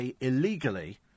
illegally